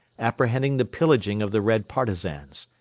apprehending the pillaging of the red partisans.